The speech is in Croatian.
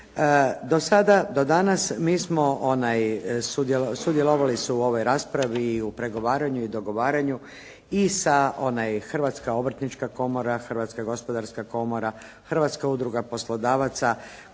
Do danas mi smo sudjelovali su u ovoj raspravi i u pregovaranju i dogovaranju i sa Hrvatska obrtnička komora, Hrvatska gospodarska komora, Hrvatska udruga poslodavaca,